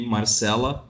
Marcela